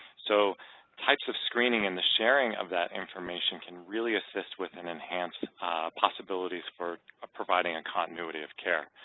so types of screening and the sharing of that information can really assist with and enhance possibilities for ah providing a and continuity of care.